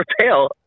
pale